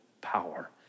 power